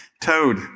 Toad